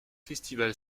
festival